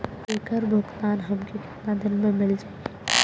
ऐकर भुगतान हमके कितना दिन में मील जाई?